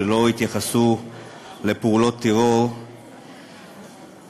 שלא התייחסו לפעולות טרור שלנו,